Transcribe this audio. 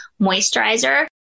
moisturizer